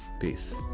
Peace